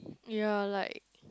ya like